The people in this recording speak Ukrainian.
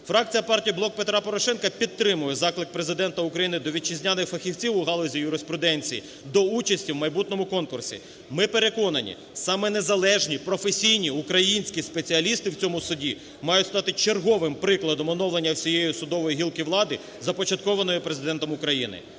Фракція Партії "Блок Петра Порошенка" підтримує заклик Президента України до вітчизняних фахівців у галузі юриспруденції до участі в майбутньому конкурсі. Ми переконані: саме незалежні, професійні українські спеціалісти в цьому суді мають стати черговим прикладом оновлення всієї судової гілки влади, започаткованої Президентом України.